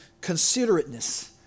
considerateness